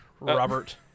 Robert